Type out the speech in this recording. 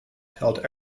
held